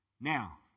Now